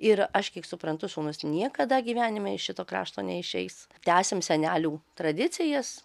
ir aš kiek suprantu sūnus niekada gyvenime iš šito krašto neišeis tęsiam senelių tradicijas